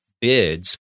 bids